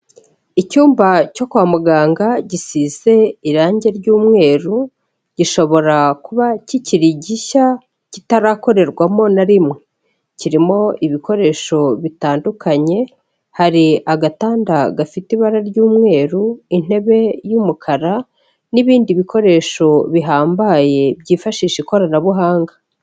Icyumba cyo kwa muganga gisize irangi ry'umweru, gishobora kuba kikiri gishya kitarakorerwamo na rimwe, kirimo ibikoresho bitandukanye, hari agatanda gafite ibara ry'umweru, intebe y'umukara n'ibindi bikoresho bihambaye byifashisha ikoranabuhanga.